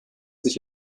sich